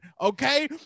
okay